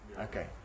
Okay